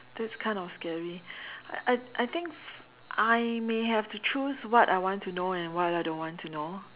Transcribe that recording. that's kind of scary I I think I may have to choose what I want to know and what I don't want to know